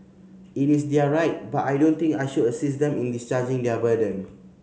it is their right but I don't think I should assist them in discharging their burden